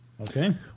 Okay